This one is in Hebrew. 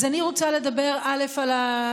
אז אני רוצה לומר, א.